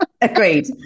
agreed